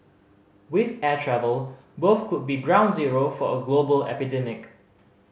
with air travel both could be ground zero for a global epidemic